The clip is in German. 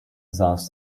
saß